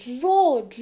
Draw